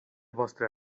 vostre